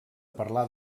parlar